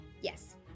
Yes